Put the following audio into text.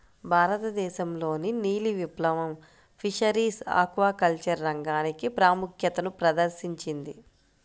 భారతదేశంలోని నీలి విప్లవం ఫిషరీస్ ఆక్వాకల్చర్ రంగానికి ప్రాముఖ్యతను ప్రదర్శించింది